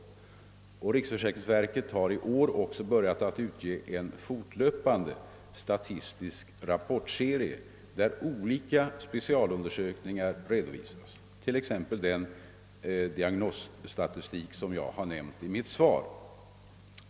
Och i år har riksförsäkringsverket börjat utge en fortlöpande statistisk rapportserie där olika specialundersökningar redovisas, t.ex. den undersökning om diagnoser som förekommit vid sjukskrivningarna som jag omnämnt i svaret.